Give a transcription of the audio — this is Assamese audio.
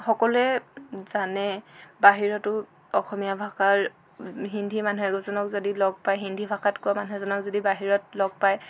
সকলোৱে জানে বাহিৰতো অসমীয়া ভাষাৰ হিন্দী মানুহ এজনক যদি লগ পায় হিন্দী ভাষাত কোৱা মানুহ এজনক যদি বাহিৰত লগ পায়